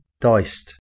diced